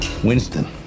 Winston